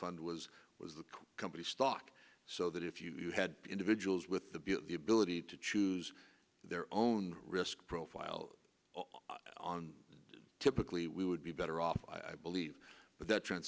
fund was was a company stock so that if you had individuals with the ability to choose their own risk profile on typically we would be better off i believe